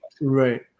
right